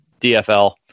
DFL